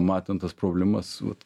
matant tas problemas vat